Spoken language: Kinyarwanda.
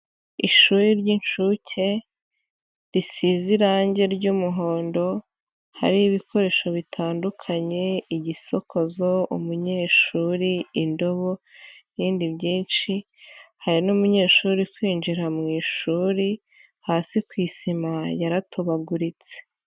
Ishuri ry'inshuke, risize irangi ry'umuhondo, hariho ibikoresho bitandukanye: igisokozo, umunyeshuri, indobo n'ibindi byinshi, hari n'umunyeshuri kwinjira mu ishuri, hasi ku isima yaratobaguritse.